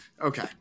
okay